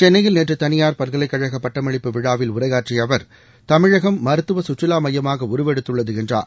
சென்னையில் நேற்று தனியார் பல்கலைக்கழக பட்டமளிப்பு விழாவில் உரையாற்றிய அவர் தமிழகம் மருத்துவ சுற்றுலா மையமாக உருவெடுத்துள்ளது என்றார்